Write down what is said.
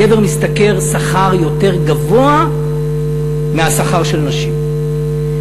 הגבר משתכר שכר יותר גבוה מהשכר של אישה.